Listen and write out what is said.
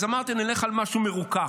אז אמרתם: נלך על משהו מרוכך,